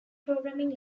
programming